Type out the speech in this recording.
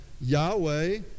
Yahweh